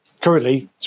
currently